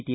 T